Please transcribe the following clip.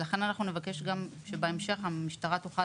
ולכן אנחנו נבקש שבהמשך המשטרה תוכל